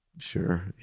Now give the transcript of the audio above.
Sure